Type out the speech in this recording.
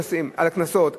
על הקנסות,